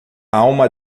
alma